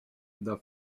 the